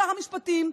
שר המשפטים,